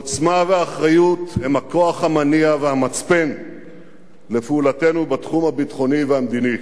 עוצמה ואחריות הן הכוח המניע והמצפן של פעולתנו בתחום הביטחוני והמדיני,